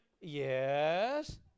yes